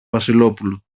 βασιλόπουλο